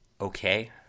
Okay